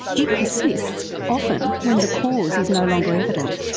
it persists, often when the cause is no longer evident.